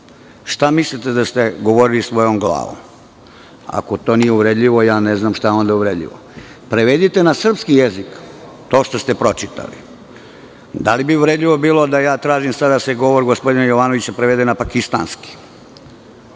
šta mislite da ste govorili svojom glavom. Ako to nije uvredljivo, ne znam šta je onda uvredljivo. Prevedite na srpski jezik to što ste pročitali, da li bi bilo uvredljivo da tražim da se sada govor gospodina Jovanovića prevede na pakistanski? Zatim